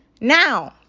now